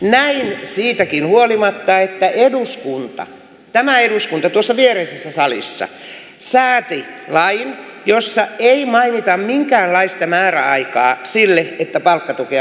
näin siitäkin huolimatta että tämä eduskunta tuossa viereisessä salissa sääti lain jossa ei mainita minkäänlaista määräaikaa sille että palkkatukea voitaisiin maksaa